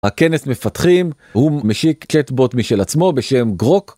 הכנס מפתחים הוא משיק צ׳טבוט משל עצמו בשם גרוק.